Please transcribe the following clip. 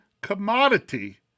commodity